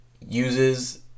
uses